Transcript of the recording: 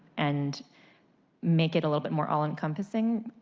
and make it a little bit more all-encompassing.